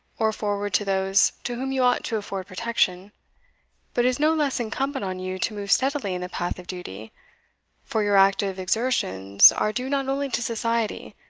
or forward to those to whom you ought to afford protection but it is no less incumbent on you to move steadily in the path of duty for your active exertions are due not only to society,